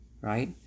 right